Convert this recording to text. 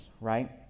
right